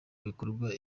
bikorwa